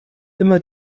immer